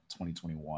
2021